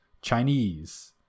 Chinese